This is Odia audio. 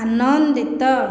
ଆନନ୍ଦିତ